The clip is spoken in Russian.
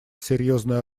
серьезную